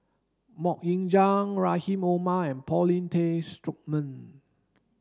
Mok Ying Jang Rahim Omar and Paulin Tay Straughan